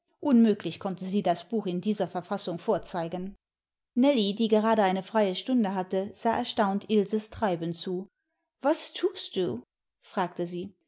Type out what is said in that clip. unmöglich konnte sie das buch in dieser verfassung vorzeigen nellie die gerade eine freie stunde hatte sah erstaunt ilses treiben zu was thust du fragte sie